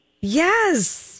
Yes